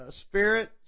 spirit